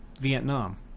Vietnam